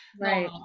right